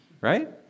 right